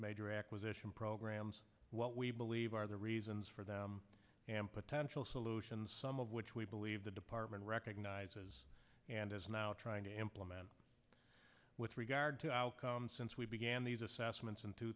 major acquisition programs what we believe are the reasons for that and potential solutions some of which we believe the department recognizes and is now trying to implement with regard to since we began these assessments in two